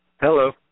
Hello